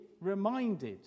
reminded